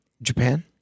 Japan